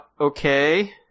okay